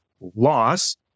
loss